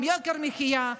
עם יוקר המחיה,